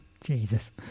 Jesus